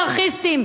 אנרכיסטים,